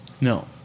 No